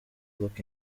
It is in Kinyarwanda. look